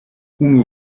unu